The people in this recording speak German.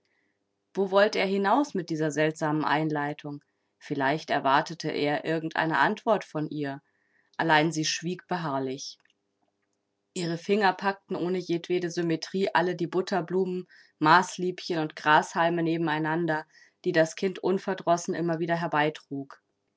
wo wollte er hinaus mit dieser seltsamen einleitung vielleicht erwartete er irgend eine antwort von ihr allein sie schwieg beharrlich ihre finger packten ohne jedwede symmetrie alle die butterblumen maßliebchen und grashalme nebeneinander die das kind unverdrossen immer wieder